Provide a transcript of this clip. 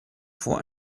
vor